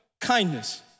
kindness